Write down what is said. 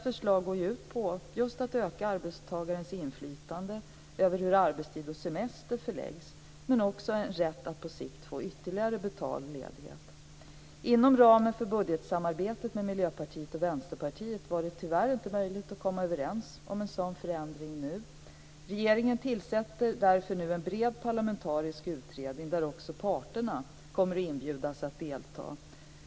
Förslaget går ut på att just öka arbetstagarnas inflytande över hur arbetstid och semester förläggs men också en rätt att på sikt få ytterligare betald ledighet. Inom ramen för budgetsamarbetet med Miljöpartiet och Vänsterpartiet har det tyvärr inte varit möjligt att komma överens om en sådan förändring. Regeringen tillsätter därför nu en bred, parlamentarisk utredning där också arbetsmarknadens parter kommer att inbjudas att delta.